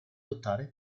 lottare